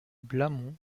blamont